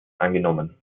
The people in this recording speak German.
angenommen